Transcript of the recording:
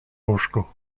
łóżku